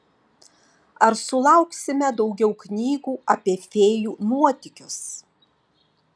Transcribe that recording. ar sulauksime daugiau knygų apie fėjų nuotykius